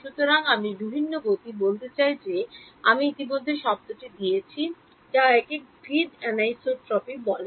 সুতরাং আমি বিভিন্ন গতি বলতে চাই যে আমি ইতিমধ্যে শব্দটি দিয়েছি যা একে গ্রিড অ্যানিসোট্রপি বলে